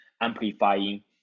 amplifying